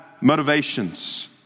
motivations